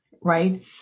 Right